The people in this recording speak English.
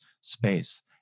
space